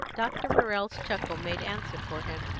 dr. morrell's chuckle made answer for him,